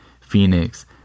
Phoenix